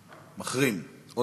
מחרים.